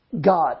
God